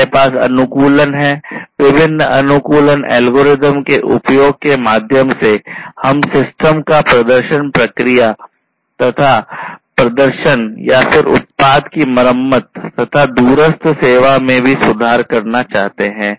हमारे पास अनुकूलन है विभिन्न अनुकूलन एल्गोरिदम के उपयोग के माध्यम से हम सिस्टम का प्रदर्शन प्रक्रिया तथा प्रदर्शन और फिर उत्पाद की मरम्मत तथा दूरस्थ सेवा में भी सुधार करना चाहते हैं